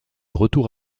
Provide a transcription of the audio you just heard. retour